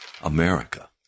America